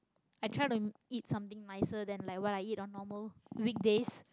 I try to eat something nicer than like what I eat on normal weekdays